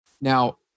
Now